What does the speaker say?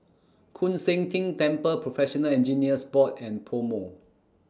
Koon Seng Ting Temple Professional Engineers Board and Pomo